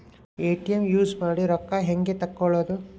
ATM use ಮಾಡಿ ರೊಕ್ಕ ಹೆಂಗೆ ತಕ್ಕೊಳೋದು?